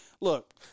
look